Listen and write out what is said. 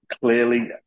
clearly